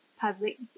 public